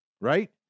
right